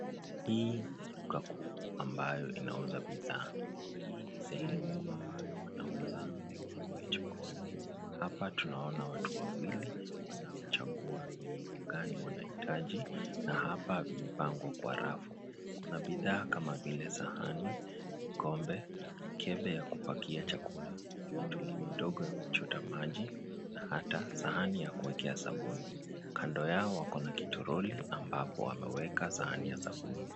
Hii ni duka kuu ambayo inauza bidhaa. Hii ni sehemu ambayo wanauza vitu vya jikoni. Hapa tunaona watu wawili wanaochagua ni vitu gani wanahitaji na hapa vimepangwa kwa rafu. Kuna bidhaa kama vile sahani, vikombe, mkebe ya kupakia chakula, mitungi mido ya kuchotea maji na hata sahani ya kuekea sabuni. Kando yao kuna kitroli ambapo wameweka sahani ya sabuni.